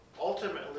ultimately